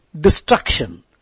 destruction